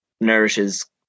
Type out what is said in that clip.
nourishes